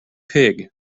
pig